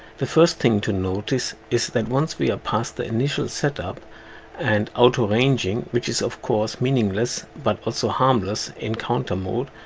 the first thing to notice is that once we are are past the initial setup and auto ranging which is of course meaningless but also harmless in counter mode,